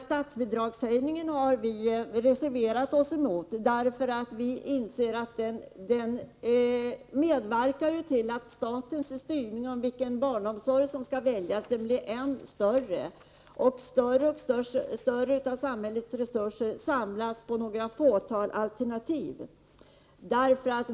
Statsbidragshöjningen har vi reserverat oss emot, därför att vi inser att den medverkar till att statens styrning med avseende på vilken barnomsorg som skall väljas blir än större, och större delen av samhällets resurser samlas på några fåtal alternativ.